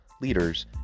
leaders